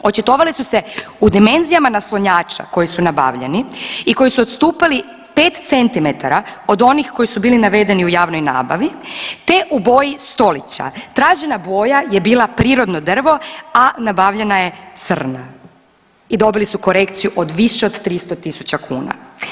Očitovali su se u dimenzijama naslonjača koji su nabavljeni i koji su odstupali 5 cm od onih koji su bili navedeni u javnoj nabavi, te u boji stolića, tražena boja je bila prirodno drvo, a nabavljena je crna i dobili su korekciju od više od 300 tisuća kuna.